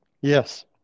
Yes